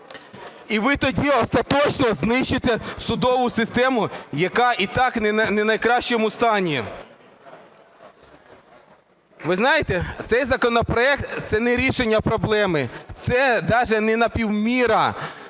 І ви тоді остаточно знищите судову систему, яка і так в ненайкращому стані. Ви знаєте, цей законопроект – це не рішення проблеми, це даже не напівміра,